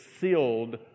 sealed